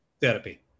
Therapy